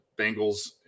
Bengals